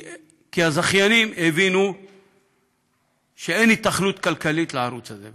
כי הזכיינים הבינו שאין היתכנות כלכלית לערוץ הזה.